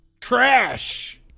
Trash